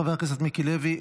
חבר הכנסת מיקי לוי,